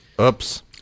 Oops